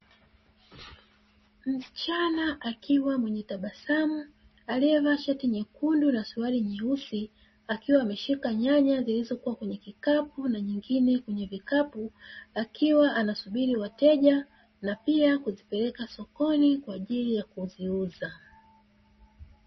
Msichana akiwa mwenye tabasamu aliyevaa shati nyekundu na suruali nyeusi, akiwa ameshika nyanya zilizokuwa kwenye kikapu na nyingine kwenye vikapu akiwa anasubiri wateja na pia kuzipeleka sokoni kwa ajili ya kuziuza.